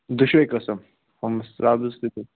دۄشوے قسم ہُم سبز تہِ تہٕ